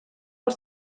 hor